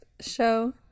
show